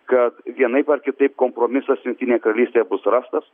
kad vienaip ar kitaip kompromisas jungtinėje karalystėje bus rastas